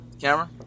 camera